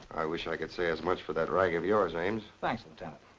wish i could say as much for that rag of yours, ames. thanks, lieutenant.